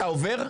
אתה עובר?